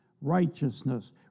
righteousness